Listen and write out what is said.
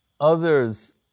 others